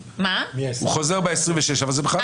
הוא חוזר ב-26, אבל זה בכלל לא משנה.